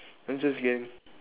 I'm just kidding